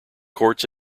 courts